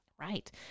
Right